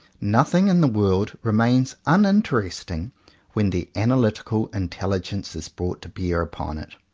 nothing in the world remains uninteresting when the analytical intelli gence is brought to bear upon it.